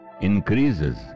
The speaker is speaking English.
increases